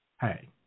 Hey